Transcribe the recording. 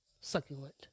succulent